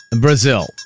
Brazil